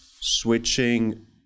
switching